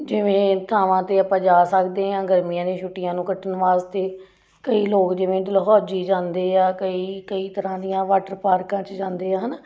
ਜਿਵੇਂ ਥਾਵਾਂ 'ਤੇ ਆਪਾਂ ਜਾ ਸਕਦੇ ਹਾਂ ਗਰਮੀਆਂ ਦੀਆਂ ਛੁੱਟੀਆਂ ਨੂੰ ਕੱਟਣ ਵਾਸਤੇ ਕਈ ਲੋਕ ਜਿਵੇਂ ਡਲਹੌਜ਼ੀ ਜਾਂਦੇ ਆ ਕਈ ਕਈ ਤਰ੍ਹਾਂ ਦੀਆਂ ਵਾਟਰ ਪਾਰਕਾਂ 'ਚ ਜਾਂਦੇ ਆ ਹੈ ਨਾ